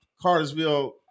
Cartersville